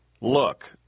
look